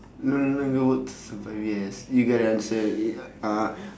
no longer go work to survive yes you gotta answer yeah uh